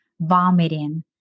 vomiting